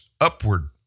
upward